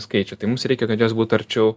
skaičių tai mums reikia kad jos būtų arčiau